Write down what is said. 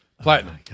Platinum